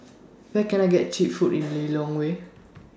Where Can I get Cheap Food in Lilongwe